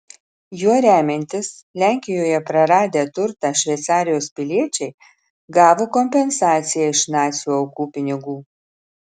juo remiantis lenkijoje praradę turtą šveicarijos piliečiai gavo kompensaciją iš nacių aukų pinigų